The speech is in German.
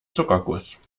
zuckerguss